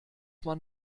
man